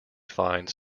fine